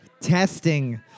Testing